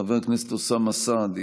חבר הכנסת אוסאמה סעדי,